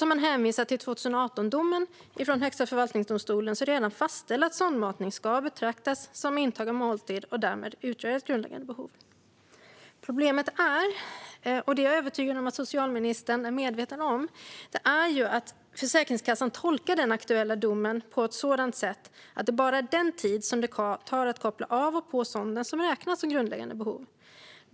Man hänvisar till Högsta förvaltningsdomstolens dom från 2018, som redan har fastställt att sondmatning ska betraktas som intag av måltid och därmed utgör ett grundläggande behov. Problemet är - och det är jag övertygad om att socialministern är medveten om - att Försäkringskassan tolkar den aktuella domen på ett sådant sätt att det bara är den tid som det tar att koppla av och på sonden som räknas som grundläggande behov.